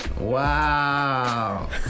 Wow